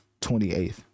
28th